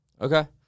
Okay